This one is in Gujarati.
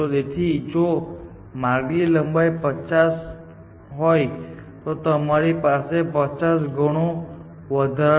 તેથી જો માર્ગની લંબાઈ 50 હોય તો તમારી પાસે 50 ગણું વધારાનું માર્ગના પુનર્નિર્માણમાં વધુ કામ કરવાનું છે પરંતુ આ પ્રક્રિયામાં તમે જગ્યા બચાવી રહ્યા છો